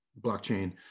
blockchain